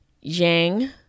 Yang